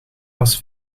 als